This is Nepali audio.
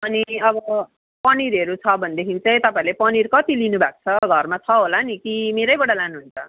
अनि अब पनिरहरू छ भनदेखि चाहिँ तपाईँहरूले पनिर कतिलिनु भएको छ घरमा छ होला नि कि मेरैबाट लानुहुन्छ